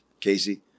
Casey